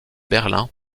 berlin